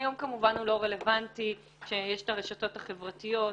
היום כמובן הוא לא רלוונטי כשיש את הרשתות החברתיות,